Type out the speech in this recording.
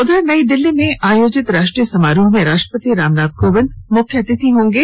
उधर नई दिल्ली में आयोजित राष्ट्रीय समारोह में राष्ट्रपति रामनाथ कोविंद मुख्य अतिथि होंगे